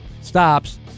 stops